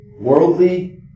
worldly